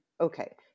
Okay